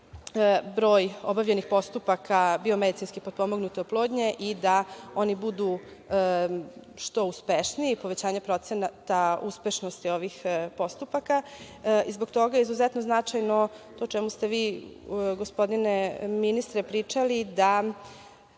broj obavljenih postupaka biomedicinski potpomognute oplodnje i da oni budu što uspešniji, povećanje procenata uspešnosti ovih postupaka. Zbog toga je izuzetno značajno to o čemu ste vi, gospodine ministre, pričali, da